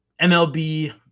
MLB